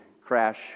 crash